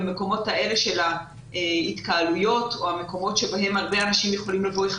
במקומות כאלה של ההתקהלויות או המקומות בהם הרבה אנשים יכולים לבוא אחד